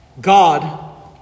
God